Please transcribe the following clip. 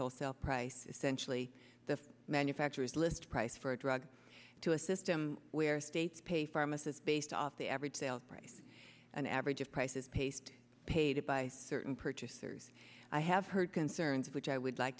wholesale price essentially the manufacturer's list price for a drug to a system where states pay pharmacists based off the average sale price an average of prices paste paid by certain purchasers i have heard concerns which i would like